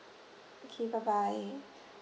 okay bye bye